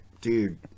dude